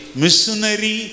missionary